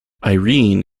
irene